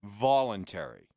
voluntary